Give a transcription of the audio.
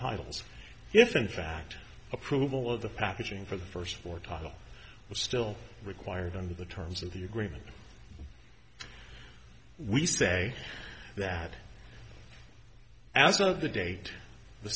titles if in fact approval of the packaging for the first floor title was still required under the terms of the agreement we say that as of the date the